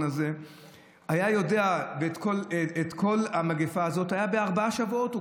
הזה ואת כל המגפה הזאת בארבעה שבועות.